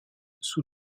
sous